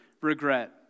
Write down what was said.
regret